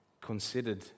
considered